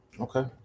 Okay